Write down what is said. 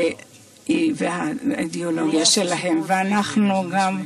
ואתם יכולים